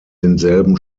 denselben